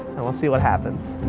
and we'll see what happens.